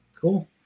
Cool